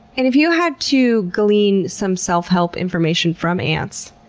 and if you had to glean some self-help information from ants,